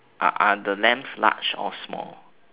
are are the lambs large or small